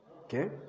okay